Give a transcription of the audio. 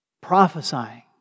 prophesying